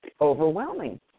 overwhelming